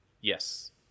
yes